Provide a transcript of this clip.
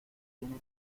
tiene